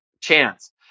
chance